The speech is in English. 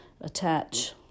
attach